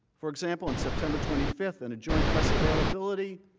for example in september twenty five, and a joint press availability,